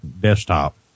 desktop